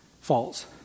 falls